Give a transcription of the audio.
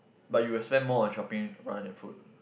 but you will spend more on shopping rather than food